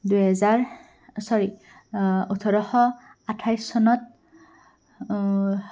দুহেজাৰ চ'ৰি ওঠৰশ আঠাইছ চনত